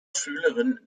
schülerin